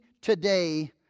today